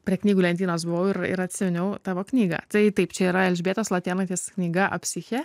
prie knygų lentynos buvau ir atsiminiau tavo knygą tai taip čia yra elžbietos latėnaitės knyga psiche